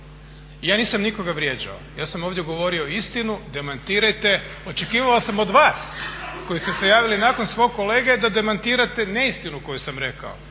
Ja nisam nikoga vrijeđao, ja sam ovdje govorio istinu demantirajte. Očekivao sam od vas koji ste se javili nakon svog kolege da demantirate neistinu koju sam rekao.